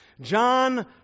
John